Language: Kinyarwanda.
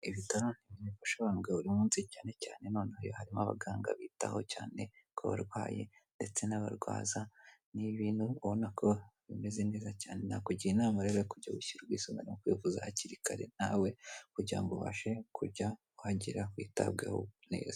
Sobanu buri munsi cyane cyane none harimo abaganga bitaho cyane ko barwayi ndetse n'abarwaza niibintu ubona ko bimeze neza cyane nakugira inama rero kujya ushyirwasungane no kwivuza hakiri kare nawe kugirango ubashe kujya kugira witabweho neza.